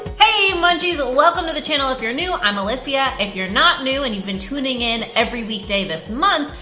hey munchies, welcome to the channel. if you're new, i'm alyssia. if you're not new and you've been tuning in every weekday this month,